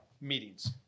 Meetings